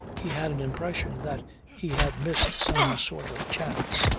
he had an impression that he had missed some sort of chance.